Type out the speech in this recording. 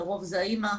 לרוב זה האמא,